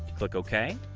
click ok.